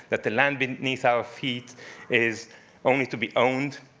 that the land beneath our feet is only to be owned.